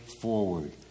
forward